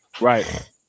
right